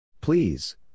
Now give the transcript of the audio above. Please